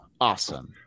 Awesome